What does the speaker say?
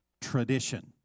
tradition